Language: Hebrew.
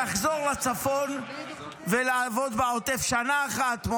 לחזור לצפון ולעבוד בעוטף שנה אחת,